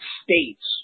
states